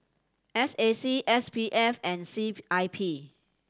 S A C S P F and C I P